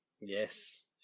Yes